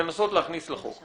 לנסות להכניס לחוק.